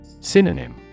Synonym